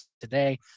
today